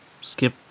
Skip